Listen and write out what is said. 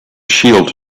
shield